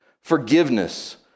forgiveness